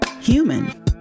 human